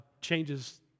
changes